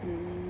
mm